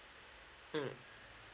mm